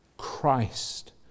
Christ